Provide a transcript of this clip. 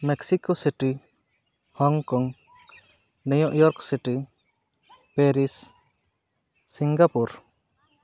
Mexico City Hong Kong New York City Paris Singapore